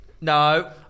No